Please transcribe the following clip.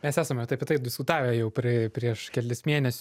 mes esame tai apie tai diskutavę jau prie prieš kelis mėnesiu